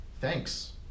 thanks